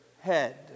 head